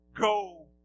go